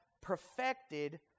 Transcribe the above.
perfected